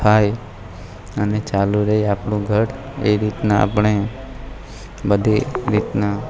થાય અને ચાલુ રહે આપણું ઘર એ રીતના આપણે બધી રીતના